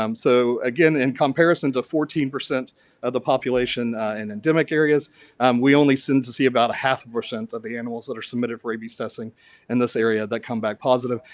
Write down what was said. um so again, in comparison to fourteen percent of the population in endemic areas um we only seem to see about a half percent of the animals that are submitted for rabies testing in this area that come back positive.